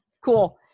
Cool